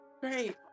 Great